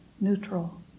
neutral